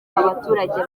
abaturage